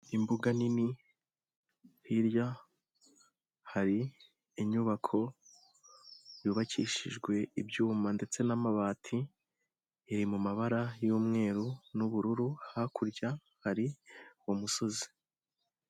Imbuga nini hirya hari inyubako yubakishijwe ibyuma ndetse n'amabati, iri mu mabara y'umweru n'ubururu hakurya hari umusozi.